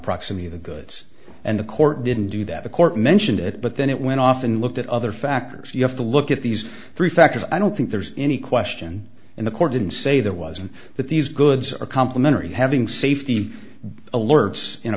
proximity of the goods and the court didn't do that the court mentioned it but then it went off and looked at other factors you have to look at these three factors i don't think there's any question in the court didn't say there was and that these goods are complimentary having safety alerts in a